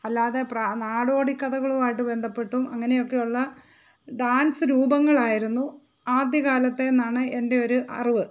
അല്ലാതെ നാടോടി കഥകളുമായിട്ട് ബന്ധപ്പെട്ടും അങ്ങനെയൊക്കെയുള്ള ഡാൻസ് രൂപങ്ങൾ ആയിരുന്നു ആദ്യകാലത്തെ എന്നാണ് എന്റെ ഒരു അറിവ്